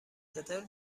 چطور